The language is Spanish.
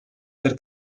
ser